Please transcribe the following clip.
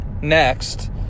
next